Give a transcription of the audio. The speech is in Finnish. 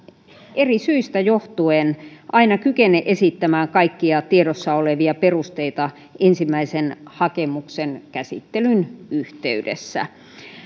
eri syistä johtuen aina kykene esittämään kaikkia tiedossa olevia perusteita ensimmäisen hakemuksen käsittelyn yhteydessä